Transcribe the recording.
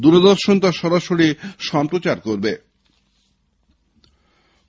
দূরদর্শন তা সরাসরি সম্প্রচার করবে